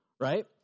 right